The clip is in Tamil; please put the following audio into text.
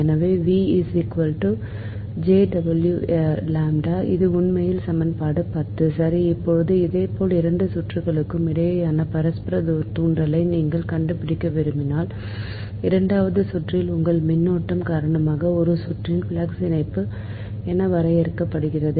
எனவே இது உண்மையில் சமன்பாடு 10 சரி இப்போது இதேபோல் 2 சுற்றுகளுக்கு இடையேயான பரஸ்பர தூண்டலை நீங்கள் கண்டுபிடிக்க விரும்பினால் இரண்டாவது சுற்றில் உள்ள மின்னோட்டம் காரணமாக ஒரு சுற்றின் ஃப்ளக்ஸ் இணைப்பு என வரையறுக்கப்படுகிறது